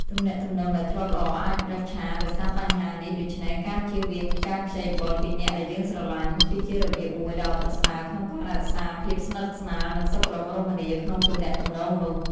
ទំនាក់ទំនងដែលធ្លាប់ល្អអាចប្រេះឆាដោយសារបញ្ហានេះ ដូច្នេះ ការជៀសវាងការខ្ចីបុលពីអ្នកដែលយើងស្រឡាញ់ គឺជារបៀបមួយដ៏ប្រសើរក្នុងការរក្សាភាពស្និទ្ធស្នាល និងសុខដុមរមនាក្នុងទំនាក់ទំនងនោះ។